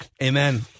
Amen